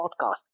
podcast